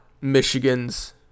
Michigan's